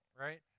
right